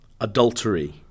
Adultery